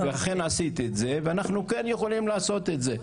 ואכן עשיתי את זה ואנחנו כן יכולים לעשות את זה,